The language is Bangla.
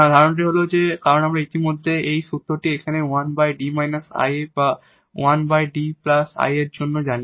ধারণাটি হল কারণ আমরা ইতিমধ্যে এই সূত্রটি এখানে 1𝐷 − 𝑖𝑎 বা 1𝐷𝑖𝑎 এর জন্য জানি